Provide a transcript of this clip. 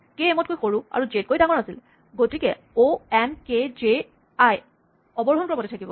কে M তকৈ সৰু আৰু জে তকৈ ডাঙৰ আছিল গতিকে O N K J I অৱৰোহন ক্ৰমতে থাকিব